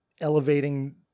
elevating